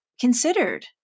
considered